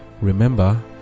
remember